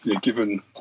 given